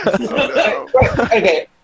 Okay